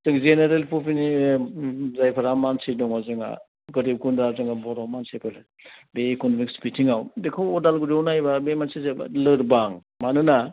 general पपुलेस'ननि जायफोरा मानसि दङ जोंहा गोरबि गुन्द्रा दङ बर' मानसिफोर बे इक'न'मिक बिथिङाव बेखौ अदालगुरियाव नायोबा बे मोनसे जोबोद लोरबां मानोना